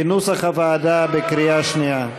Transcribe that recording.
כנוסח הוועדה, בקריאה שנייה.